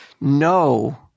no